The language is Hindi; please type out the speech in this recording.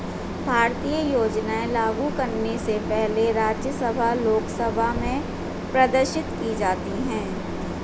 भारतीय योजनाएं लागू करने से पहले राज्यसभा लोकसभा में प्रदर्शित की जाती है